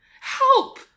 help